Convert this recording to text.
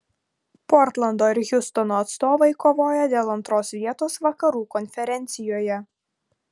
portlando ir hjustono atstovai kovoja dėl antros vietos vakarų konferencijoje